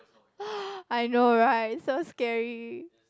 uh I know right so scary